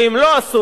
ואם לא אסור,